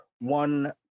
one